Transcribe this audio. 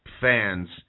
fans –